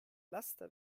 lasta